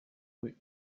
rue